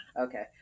Okay